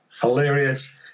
hilarious